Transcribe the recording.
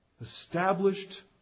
established